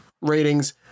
ratings